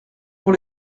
pour